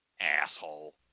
Asshole